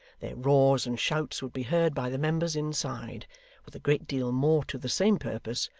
their roars and shouts would be heard by the members inside with a great deal more to the same purpose,